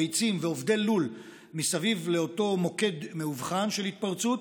ביצים ועובדי לול מסביב לאותו מוקד מאובחן של התפרצות,